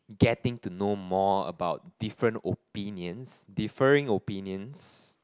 getting to know more about different opinions differing opinions